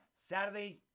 Saturday